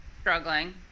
struggling